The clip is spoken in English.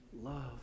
love